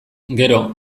gero